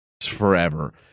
forever